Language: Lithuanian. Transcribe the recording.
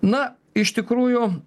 na iš tikrųjų